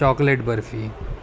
chocolate barfi